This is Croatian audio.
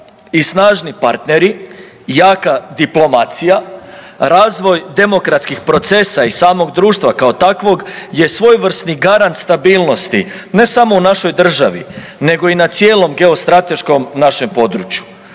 i snažni partneri, jaka diplomacija, razvoj demokratskih procesa i samog društva kao takvog je svojevrsni garant stabilnosti ne samo u našoj državi nego i na cijelom geostrateškom našem području.